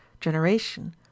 generation